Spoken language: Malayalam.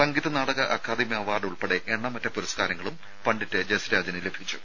സംഗീത നാടക അക്കാദമി അവാർഡ് ഉൾപ്പെടെ എണ്ണമറ്റ പുരസ്കാരങ്ങളും പണ്ഡിറ്റ് ജസ്രാജിന് ലഭിച്ചു